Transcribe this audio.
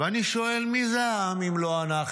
ואני שואל: מי זה העם, אם לא אנחנו?